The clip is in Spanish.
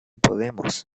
podemos